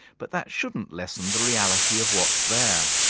but that shouldn't lessen the reality of what's there.